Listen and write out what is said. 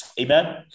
Amen